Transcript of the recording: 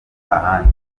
ahandi